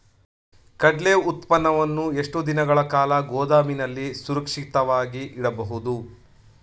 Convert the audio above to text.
ಕಡ್ಲೆ ಉತ್ಪನ್ನವನ್ನು ಎಷ್ಟು ದಿನಗಳ ಕಾಲ ಗೋದಾಮಿನಲ್ಲಿ ಸುರಕ್ಷಿತವಾಗಿ ಇಡಬಹುದು?